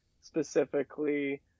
specifically